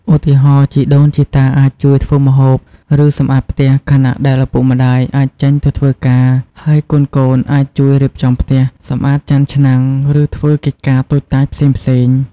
ឧទាហរណ៍ ជីដូនជីតាអាចជួយធ្វើម្ហូប ឬសម្អាតផ្ទះ ខណៈដែលឪពុកម្តាយអាចចេញទៅធ្វើការ ហើយកូនៗអាចជួយរៀបចំផ្ទះ សម្អាតចានឆ្នាំង ឬធ្វើកិច្ចការតូចតាចផ្សេងៗ។